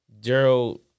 gerald